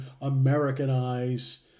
Americanize